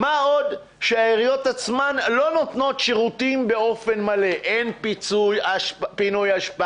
מה עוד שהעיריות עצמן לא נותנות שירותים באופן מלא: אין פינוי אשפה,